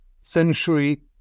century